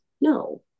No